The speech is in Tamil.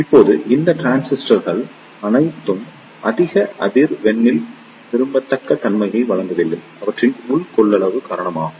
இப்போது இந்த டிரான்சிஸ்டர்கள் அனைத்தும் அதிக அதிர்வெண்ணில் விரும்பத்தக்க தன்மையை வழங்கவில்லை அவற்றின் உள் கொள்ளளவு காரணமாகும்